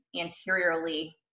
anteriorly